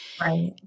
right